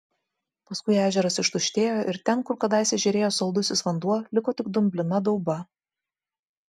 paskui ežeras ištuštėjo ir ten kur kadaise žėrėjo saldusis vanduo liko tik dumblina dauba